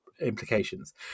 implications